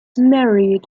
married